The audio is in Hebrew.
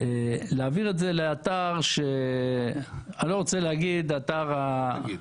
פשוט להעביר את זה לאתר שאני לא רוצה להגיד אתר ה -- תגיד.